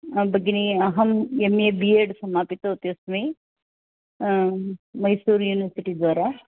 भगिनि अहम् M A B Ed समापितवती अस्मि मैसूर् युनिवर्सिटि द्वारा